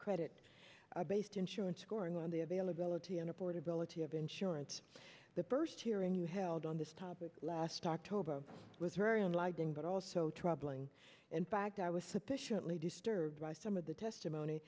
credit based insurance scoring on the availability and affordability of insurance the first hearing you held on this topic last october was very enlightening but also troubling in fact i was sufficiently disturbed by some of the testimony